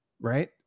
right